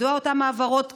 מדוע אותן העברות תקועות,